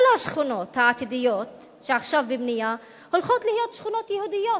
כל השכונות העתידיות שעכשיו בבנייה הולכות להיות שכונות יהודיות,